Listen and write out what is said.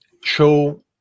show